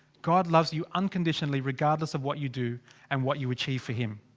god loves you unconditionally regardless of what you do and what you achieve for him.